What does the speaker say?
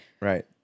Right